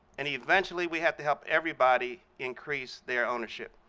and eventually we have to help everybody increase their ownership.